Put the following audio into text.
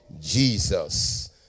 Jesus